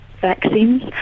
Vaccines